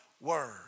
word